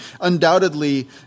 undoubtedly